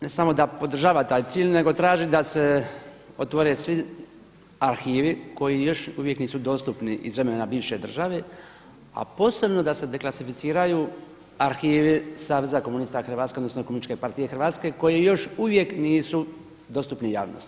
Ne samo da podržava taj cilj, nego traži da se otvore svi arhivi koji još uvijek nisu dostupni iz vremena bivše države, a posebno da se deklasificiraju arhivi Saveza komunista Hrvatske, odnosno Komunističke partije Hrvatske koji još uvijek nisu dostupni javnosti.